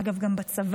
אגב, גם בצבא,